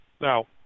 Now